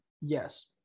Yes